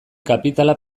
kapitala